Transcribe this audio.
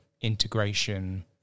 integration